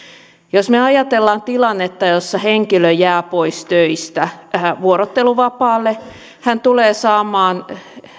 jos me ajattelemme tilannetta jossa henkilö jää pois töistä vuorotteluvapaalle hän tulee saamaan